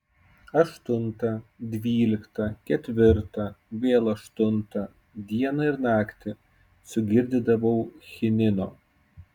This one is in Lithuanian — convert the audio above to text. aštuntą dvyliktą ketvirtą vėl aštuntą dieną ir naktį sugirdydavau chinino